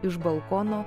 iš balkono